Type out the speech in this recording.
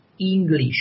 English